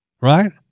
right